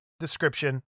description